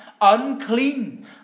unclean